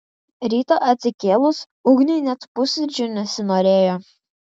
rytą atsikėlus ugniui net pusryčių nesinorėjo